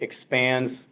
expands